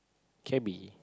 cabby